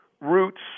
roots